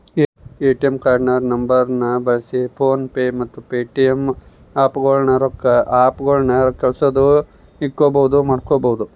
ATM ಕಾರ್ಡಿನ ನಂಬರ್ನ ಬಳ್ಸಿ ಫೋನ್ ಪೇ ಮತ್ತೆ ಪೇಟಿಎಮ್ ಆಪ್ಗುಳಾಗ ರೊಕ್ಕ ಕಳ್ಸೋದು ಇಸ್ಕಂಬದು ಮಾಡ್ಬಹುದು